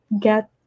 get